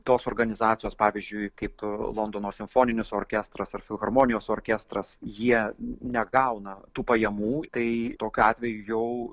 tos organizacijos pavyzdžiui kaip londono simfoninis orkestras ar filharmonijos orkestras jie negauna tų pajamų tai tokiu atveju jau